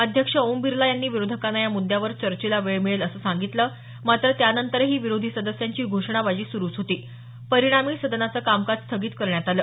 अध्यक्ष ओम बिरला यांनी विरोधकांना या मुद्यावर चर्चेला वेळ मिळेल असं सांगितलं मात्र त्यानंतरही विरोधी सदस्यांची घोषणाबाजी सुरूच होती परिणामी सदनाचं कामकाज स्थगित करण्यात आलं